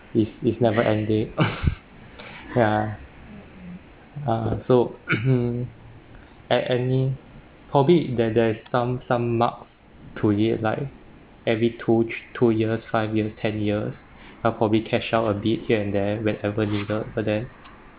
it's it's never ending ya uh so at any probably that there's some some mark to it like every two thre~ two years five years ten years I probably catch up a bit here and there whenever needed but then